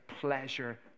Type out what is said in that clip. pleasure